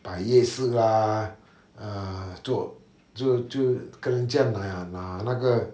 摆夜市 lah uh 做就就跟人家拿拿那个